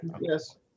Yes